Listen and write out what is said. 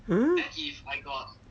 mm